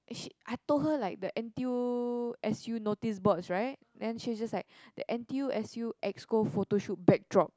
eh she I told her like the N_T_U S_U notice boards right then she was just like the N_T_U S_U exco photo shoot backdrop